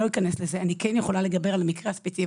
אבל אני כן יכולה לדבר על המקרה הספציפי